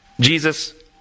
Jesus